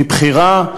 מבחירה,